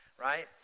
right